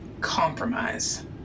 compromise